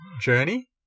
journey